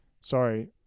Sorry